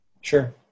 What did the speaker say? sure